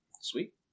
Sweet